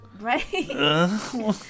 right